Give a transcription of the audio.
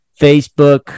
Facebook